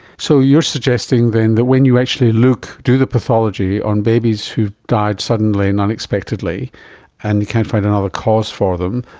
so you're suggesting then that when you actually look, do the pathology on babies who died suddenly and unexpectedly and you can't find another cause for them,